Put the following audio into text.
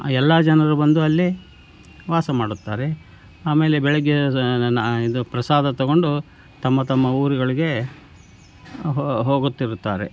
ಎಲ್ಲಾ ಜನರು ಬಂದು ಅಲ್ಲಿ ವಾಸ ಮಾಡುತ್ತಾರೆ ಆಮೇಲೆ ಬೆಳಗ್ಗೆ ಸ ನನ್ನ ಇದು ಪ್ರಸಾದ ತಗೊಂಡು ತಮ್ಮ ತಮ್ಮ ಊರುಗಳಿಗೆ ಹೋಗುತ್ತಿರುತ್ತಾರೆ